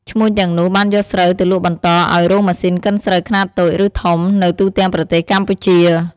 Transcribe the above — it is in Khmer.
ឈ្មួញទាំងនោះ បានយកស្រូវទៅលក់បន្តឱ្យរោងម៉ាស៊ីនកិនស្រូវខ្នាតតូច ឬធំ នៅទូទាំងប្រទេសកម្ពុជា។